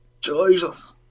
Jesus